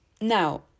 Now